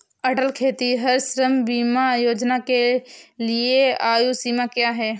अटल खेतिहर श्रम बीमा योजना के लिए आयु सीमा क्या है?